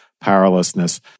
powerlessness